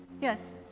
Yes